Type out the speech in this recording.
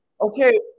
okay